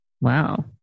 Wow